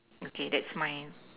okay that's my